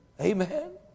Amen